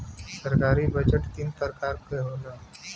सरकारी बजट तीन परकार के होला